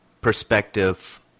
perspective